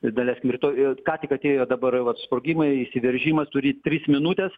daleiskim rytoj ką tik atėjo dabar vat sprogimai įsiveržimas turi tris minutes